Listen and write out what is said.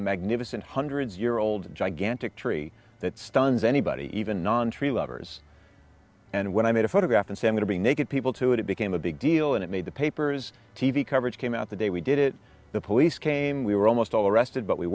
magnificent hundreds year old gigantic tree that stuns anybody even non tree lovers and when i made a photograph and sammy to be naked people to it it became a big deal and it made the papers t v coverage came out the day we did it the police came we were almost all arrested but we